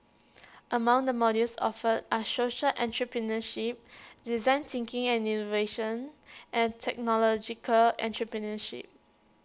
among the modules offered are social entrepreneurship design thinking and innovation and technological entrepreneurship